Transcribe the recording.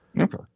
Okay